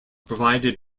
provided